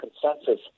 consensus